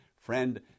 Friend